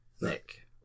Nick